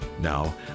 Now